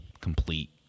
complete